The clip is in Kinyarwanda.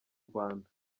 rwanda